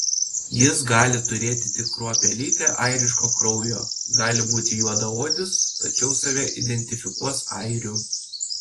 jis gali turėti tik kruopelytę airiško kraujo gali būti juodaodis tačiau save identifikuos airiu